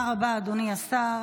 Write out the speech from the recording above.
רבה, אדוני השר.